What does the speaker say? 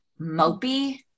mopey